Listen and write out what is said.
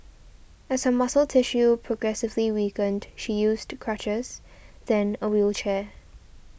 as her muscle tissue progressively weakened she used crutches then a wheelchair